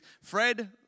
Fred